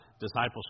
discipleship